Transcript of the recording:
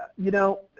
you know,